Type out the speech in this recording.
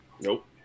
nope